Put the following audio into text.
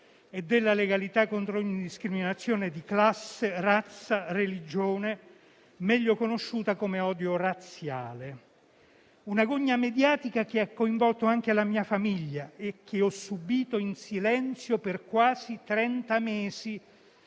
e della legalità contro ogni discriminazione di classe, razza e religione, meglio conosciuta come odio razziale. Una gogna mediatica che ha coinvolto anche la mia famiglia e che ho subìto in silenzio per quasi trenta